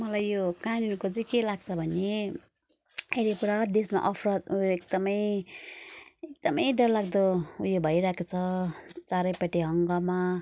मलाई यो कानुनको चाहिँ के लाग्छ भने अहिले पुरा देशमा अपराध उयो एकदमै एकदमै डरलाग्दो उयो भइरहेको छ चारैपट्टि हङ्गामा